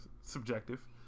Subjective